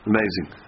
Amazing